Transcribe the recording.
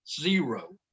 zero